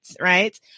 right